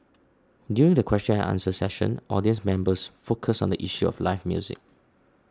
during the question and answer session audience members focused on the issue of live music